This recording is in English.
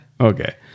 Okay